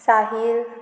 Sahil